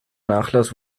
nachlass